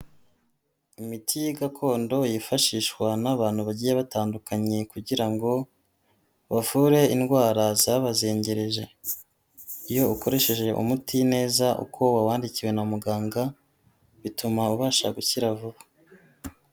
Imiti gakondo yifashishwa n'abantu bagiye batandukanye kugira ngo bavure indwara zabazengereje, iyo ukoresheje umuti neza uko wa wandikiwe na muganga bituma ubasha gukira vuba.